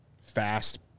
fast